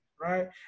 right